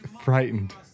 frightened